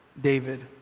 David